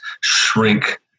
shrink